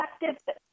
effective